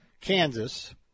Kansas